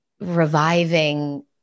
reviving